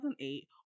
2008